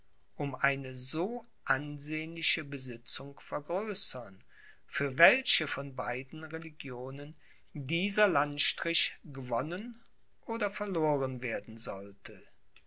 um eine so ansehnliche besitzung vergrößern für welche von beiden religionen dieser landstrich gewonnen oder verloren werden sollte